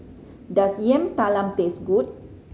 does Yam Talam taste good